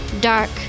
dark